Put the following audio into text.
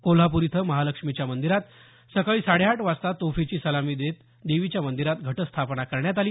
कोल्हापूर इथं महालक्ष्मीच्या मंदिरात सकाळी साडे आठ वाजता तोफेची सलामी देत देवीच्या मंदिरात घटस्थापना करण्यात आली